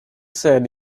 said